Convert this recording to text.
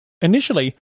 initially